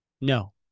No